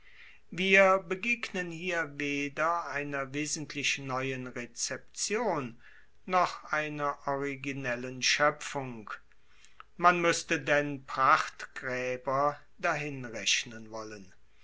wir begegnen hier weder einer wesentlich neuen rezeption noch einer originellen schoepfung man muesste denn prachtgraeber dahin rechnen wollen